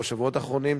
בשבועות האחרונים.